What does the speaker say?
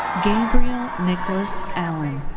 gabriel nicholas allen.